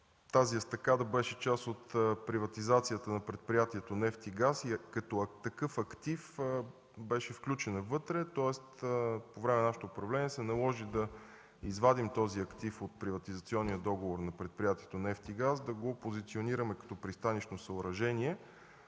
Тя беше част от приватизацията на предприятието „Нефт и газ”. Като такъв актив беше включена вътре. По време на нашето управление се наложи да извадим този акт от приватизационния договор на предприятието „Нефт и газ” и да го позиционираме като пристанищно съоръжение,